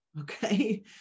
okay